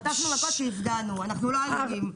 אנחנו לא אלימים.